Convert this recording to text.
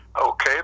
Okay